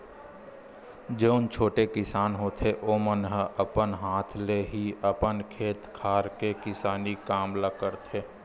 जउन छोटे किसान होथे ओमन ह अपन हाथ ले ही अपन खेत खार के किसानी काम ल करथे